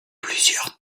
plusieurs